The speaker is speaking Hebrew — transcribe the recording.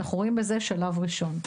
אנחנו רואים בזה שלב ראשון.